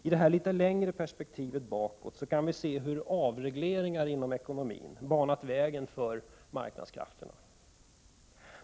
I detta litet längre perspektiv bakåt kan vi se hur avregleringar inom ekonomin banat vägen för marknadskrafterna.